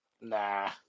nah